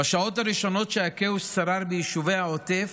בשעות הראשונות, כשהכאוס שרר ביישובי העוטף,